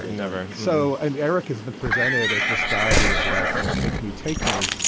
and never. so. and eric has been presented as this guy who was like, you know, take me, take me.